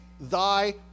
thy